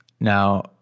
Now